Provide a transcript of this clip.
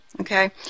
okay